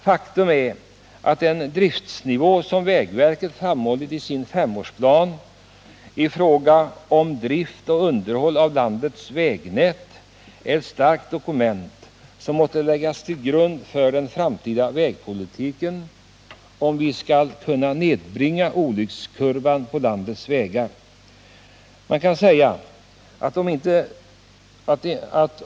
Faktum är att vägverkets femårsplan för drift och underhåll av landets vägar med den driftsnivå som där anges är ett starkt dokument, som måste läggas till grund för den framtida vägpolitiken, om vi skall kunna nedbringa olycksfallskurvan.